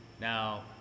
Now